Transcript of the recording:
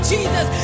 Jesus